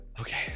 Okay